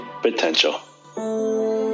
potential